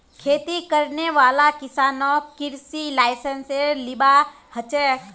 खेती करने वाला किसानक कृषि लाइसेंस लिबा हछेक